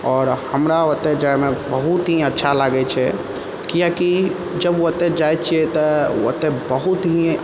आओर हमरा ओतय जाइमे बहुत ही अच्छा लागै छै किआकि जब ओतय जाइ छियै तऽ ओतय बहुत ही